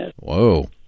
Whoa